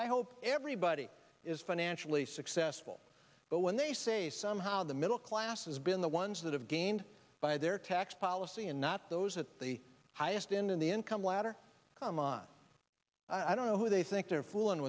i hope everybody is financially successful but when they say somehow the middle class has been the ones that have gained by their tax policy and not those at the highest in the income ladder come on i don't know who they think they're fooling